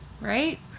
Right